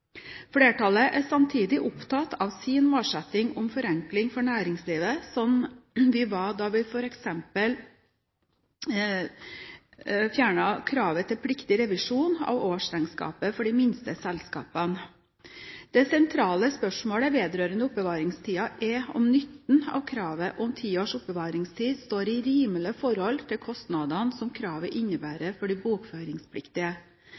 Flertallet er samtidig opptatt av sin målsetting om forenkling for næringslivet, slik vi var da vi f.eks. fjernet kravet til pliktig revisjon av årsregnskapet for de minste selskapene. Det sentrale spørsmålet vedrørende oppbevaringstiden er om nytten av kravet om ti års oppbevaringstid står i rimelig forhold til kostnadene som kravet